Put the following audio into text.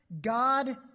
God